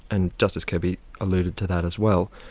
and justice kirby alluded to that as well.